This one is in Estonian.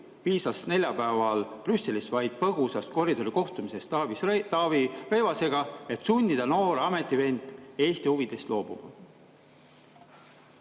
piisas neljapäeval Brüsselis vaid põgusast koridorikohtumisest Taavi Rõivasega, et sundida noor ametivend Eesti huvidest loobuma."